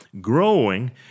growing